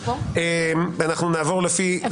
ואנחנו נגד רביזיות.